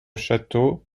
château